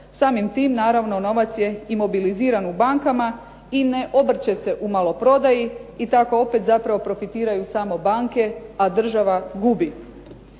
Samim tim naravno novac je imobiliziran u bankama i ne obrće se u maloprodaji i tako opet zapravo profitiraju samo banke, a država gubi.